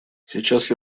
сейчас